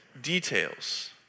details